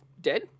dead